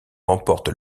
remporte